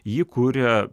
jį kuria